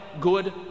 good